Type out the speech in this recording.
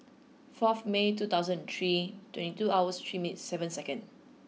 fourth May two thousand three twenty two hour three min seven second